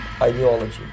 ideology